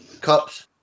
Cups